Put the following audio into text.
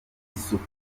isuku